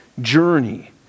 journey